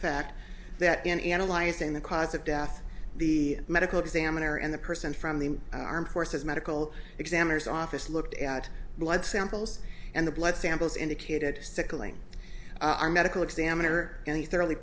fact that in analyzing the cause of death the medical examiner and the person from the armed forces medical examiners office looked at blood samples and the blood samples indicated circling our medical examiner and the thoroughly